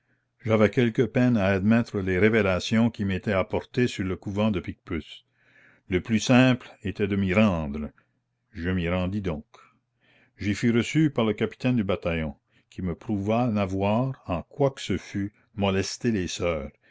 j'avais quelque peine à admettre les révélations qui m'étaient apportées sur le couvent de picpus le plus simple était de m'y rendre je m'y rendis donc j'y fus reçu par le capitaine du bataillon qui me prouva n'avoir en quoi que ce fût molesté les sœurs